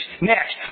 Next